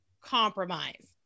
compromise